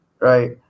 Right